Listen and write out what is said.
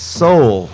soul